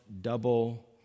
double